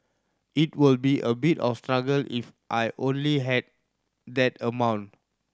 it will be a bit of a struggle if I only have that amount